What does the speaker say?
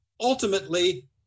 ultimately